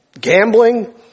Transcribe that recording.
gambling